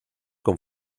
con